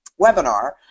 webinar